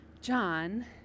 John